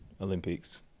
Olympics